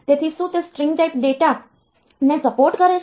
તેથી શું તે સ્ટ્રીંગ ટાઈપ ડેટા ને સપોર્ટ કરે છે